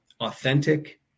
authentic